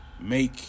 make